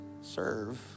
serve